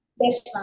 Yes